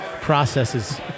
processes